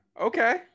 okay